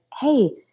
Hey